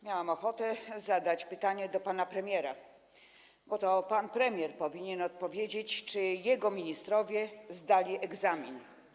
Miałam ochotę zadać pytanie do pana premiera, bo to pan premier powinien odpowiedzieć, czy jego ministrowie zdali egzamin.